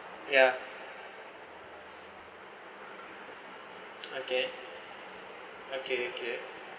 ya okay okay okay